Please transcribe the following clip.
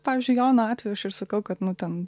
pavyzdžiui jono atveju aš ir sakau kad nu ten